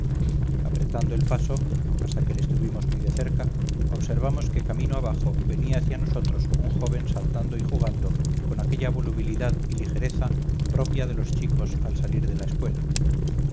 apretando el paso hasta que les tuvimos muy cerca observamos que camino abajo venía hacia nosotros un joven saltando y jugando con aquella volubilidad y ligereza propia de los chicos al salir de la escuela